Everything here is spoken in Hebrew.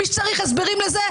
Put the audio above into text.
מי שצריך הסברים לזה,